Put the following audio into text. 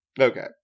okay